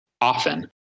often